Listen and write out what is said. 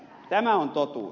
tämä on totuus